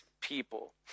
people